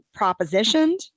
propositioned